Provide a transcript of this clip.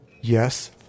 yes